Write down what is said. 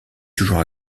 toujours